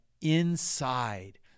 inside